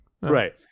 right